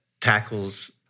tackles